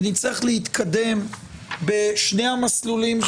ונצטרך להתקדם בשני המסלולים במקביל.